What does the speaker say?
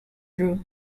true